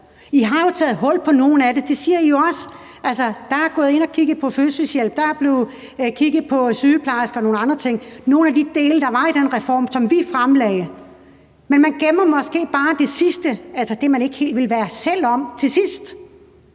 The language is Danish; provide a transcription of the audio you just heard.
I har taget hul på noget af det; det siger I jo også. Altså, man er gået ind og har kigget på fødselshjælp, og der er blevet kigget på sygeplejersker og nogle andre ting – nogle af de dele, der var i den reform, som vi fremlagde. Men man gemmer måske bare det sidste, altså det, man ikke vil være helt selv om, til sidst?